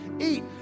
eat